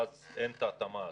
ואז אין את ההתאמה הזאת.